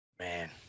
Man